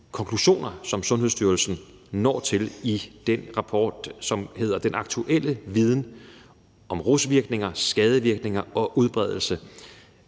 konklusioner, som Sundhedsstyrelsen når til i den rapport, som hedder »Cannabis – den aktuelle viden om rusvirkninger, skadevirkninger og udbredelse«.